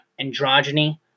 androgyny